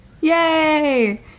Yay